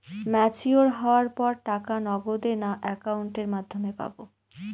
Mature হওয়ার পর টাকা নগদে না অ্যাকাউন্টের মাধ্যমে পাবো?